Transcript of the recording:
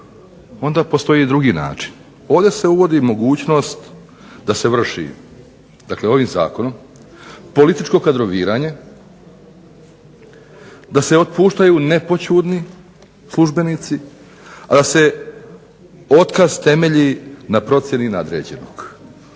onda postoji drugi način. Ovdje se uvodi mogućnost da se vrši ovim zakonom, političko kadroviranje, da se otpuštaju nepoćudni službenici, da se otkaz temelji na procjeni nadređenog,